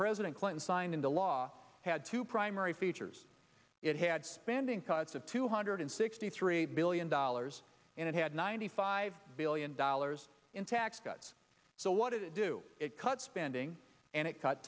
president clinton signed into law had two primary features it had spending cuts of two hundred sixty three billion dollars and it had ninety five billion dollars in tax cuts so what did it do it cut spending and it cut